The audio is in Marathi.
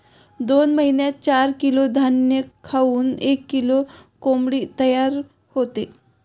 दोन महिन्यात चार किलो धान्य खाऊन एक किलो कोंबडी तयार होते